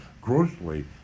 grossly